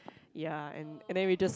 ya and and then we just